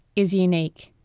is unique.